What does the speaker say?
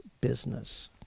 business